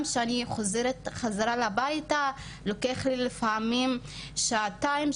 גם כאשר אני חוזרת חזרה הביתה לוקח לי לפעמים שעתיים,